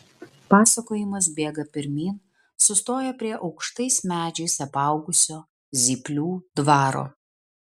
pasakojimas bėga pirmyn sustoja prie aukštais medžiais apaugusio zyplių dvaro